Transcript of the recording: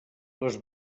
les